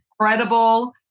incredible